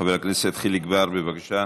חבר הכנסת חיליק בר, בבקשה.